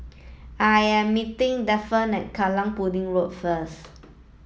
I am meeting Daphne Kallang Pudding Road first